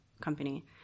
company